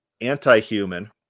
anti-human